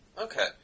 Okay